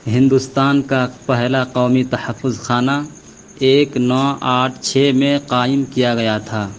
ہندوستان کا پہلا قومی تحفظ خانہ ایک نو آٹھ چھ میں قائم کیا گیا تھا